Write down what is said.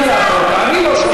אדוני היושב-ראש,